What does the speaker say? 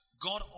God